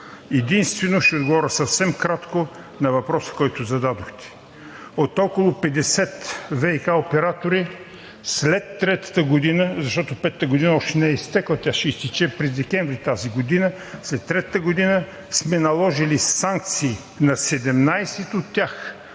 Единствено ще отговоря съвсем кратко на въпроса, който зададохте. От около 50 ВиК оператора след третата година, защото петата година още не е изтекла, тя ще изтече през декември тази година, сме наложили санкции на 17 от тях